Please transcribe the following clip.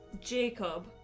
Jacob